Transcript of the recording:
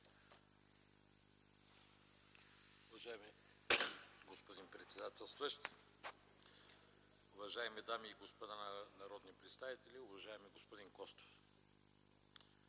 Уважаеми господин председател, уважаеми дами и господа народни представители, уважаеми господа министри,